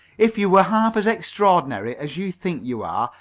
if you were half as extraordinary as you think you are,